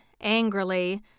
angrily